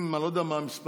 אני לא יודע מה המספר,